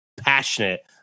passionate